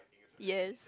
yes